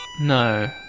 No